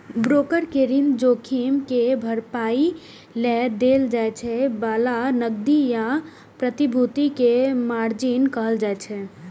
broker कें ऋण जोखिम के भरपाइ लेल देल जाए बला नकदी या प्रतिभूति कें मार्जिन कहल जाइ छै